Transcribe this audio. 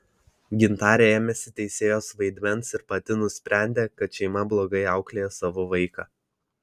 gintarė ėmėsi teisėjos vaidmens ir pati nusprendė kad šeima blogai auklėja savo vaiką